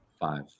five